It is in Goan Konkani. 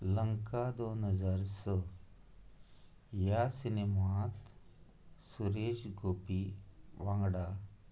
लंका दोन हजार स ह्या सिनेमांत सुरेश गोपी वांगडा